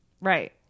Right